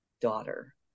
daughter